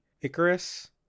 Icarus